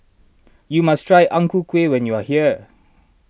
you must try Ang Ku Kueh when you are here